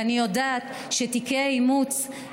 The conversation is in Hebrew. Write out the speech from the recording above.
ואני יודעת שתיקי האימוץ,